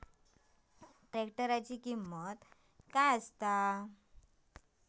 ट्रॅक्टराची किंमत काय आसा?